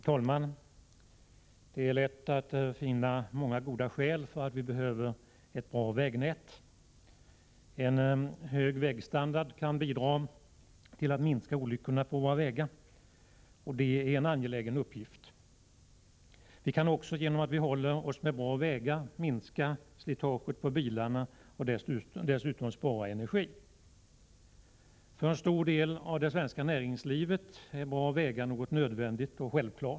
Herr talman! Det är lätt att finna många goda skäl för att vi behöver ett bra vägnät. En hög vägstandard kan bidra till att minska olyckorna på våra vägar. Detta är en angelägen uppgift. Vi kan också, genom att vi håller oss med bra vägar, minska slitaget på bilarna och dessutom spara energi. För en stor del av det svenska näringslivet är bra vägar något nödvändigt och självklart.